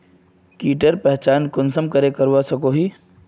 कीटेर पहचान कुंसम करे करवा सको ही?